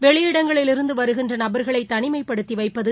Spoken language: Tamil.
வெளியிடங்களிலிருந்துவருகின்றநபா்களைதனிமைப்படுத்திவைப்பது